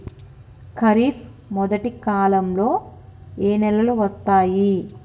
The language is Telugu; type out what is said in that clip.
ఖరీఫ్ మొదటి కాలంలో ఏ నెలలు వస్తాయి?